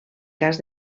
cas